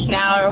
now